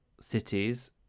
cities